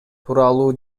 тууралуу